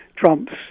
Trump's